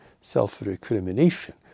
self-recrimination